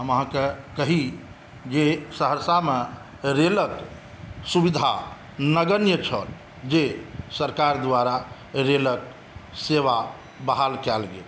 हम अहाँके कही जे सहरसामे रेलक सुविधा नगण्य छल जे सरकार द्वारा रेलक सेवा बहाल कयल गेल